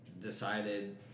decided